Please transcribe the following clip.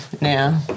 now